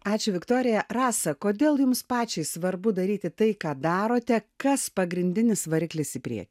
ačiū viktorija rasa kodėl jums pačiai svarbu daryti tai ką darote kas pagrindinis variklis į priekį